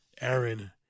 Aaron